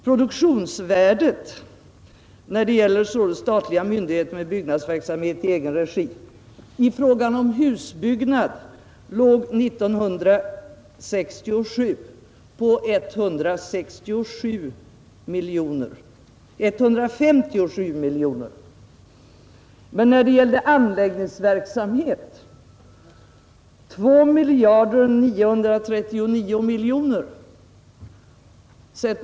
Produktionsvärdet när det gäller statliga myndigheter med byggnadsverksamhet i egen regi låg 1967 i fråga om husbyggnad på 157 miljoner och i fråga om anläggningsverksamhet på 2 939 miljoner.